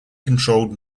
controlled